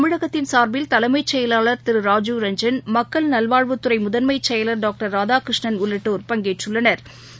தமிழகத்தின் சார்பில் தலைமைச் செயலர் திருராஜீவ் மக்கள் ரஞ்ஜன் நல்வாழ்வுத்துறைமுதன்மைசெயலா் டாக்டர் ராதாகிருஷ்ணன் உள்ளிட்டோர் பங்கேற்றுற்றுள்ளனா்